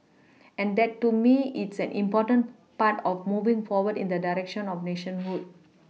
and that to me is an important part of moving forward in the direction of nationhood